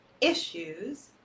issues